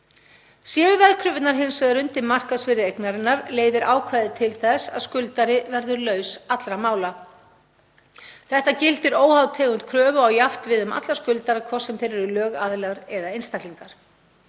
Séu veðkröfurnar hins vegar undir markaðsvirði eignarinnar leiðir ákvæðið til þess að skuldari verður laus allra mála. Þetta gildir óháð tegund kröfu og á jafnt við um alla skuldara, hvort sem þeir eru lögaðilar eða einstaklingar.